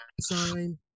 sign